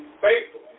faithful